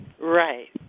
Right